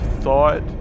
thought